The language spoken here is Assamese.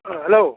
অ হেল্ল'